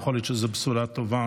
יכול להיות שזו בשורה טובה,